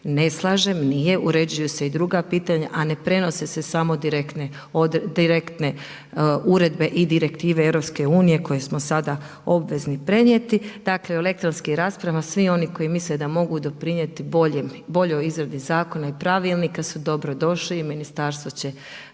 ne slažem, nije, uređuju se i druga pitanja, a ne prenose se samo direktne uredbe i direktive EU, koje smo sada obvezni prenijeti. Dakle, elektronski rasprava, svi oni koji misle da mogu doprinijeti boljoj izradi zakona i pravilnika su dobrodošli i ministarstvo će